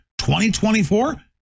2024